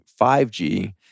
5G